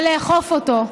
ולאכוף אותו.